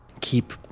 Keep